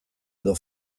edo